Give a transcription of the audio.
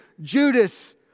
Judas